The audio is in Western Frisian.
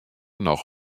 noch